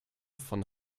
von